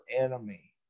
enemy